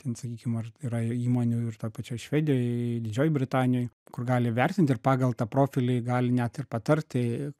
ten sakykim ar yra įmonių ir toj pačioj švedijoj didžiojoj britanijoj kur gali vertint ir pagal tą profilį gali net ir patarti